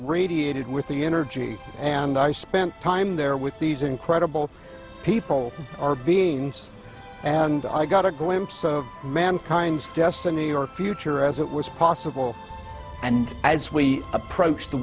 radiated with the energy and i spent time there with these incredible people are being nice and i got a glimpse of mankind's destiny your future as it was possible and as we approached the